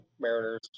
Mariners